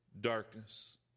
darkness